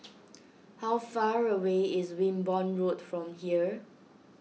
how far away is Wimborne Road from here